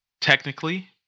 Technically